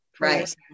Right